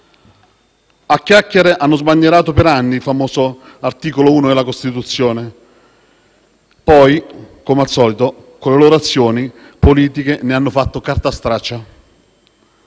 A chiacchiere hanno sbandierato per anni il famoso articolo 1 della Costituzione; poi, come al solito, con le loro azioni politiche ne hanno fatto carta straccia.